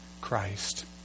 Christ